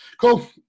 Cool